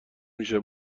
میشه